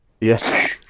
Yes